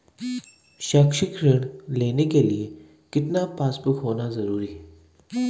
शैक्षिक ऋण लेने के लिए कितना पासबुक होना जरूरी है?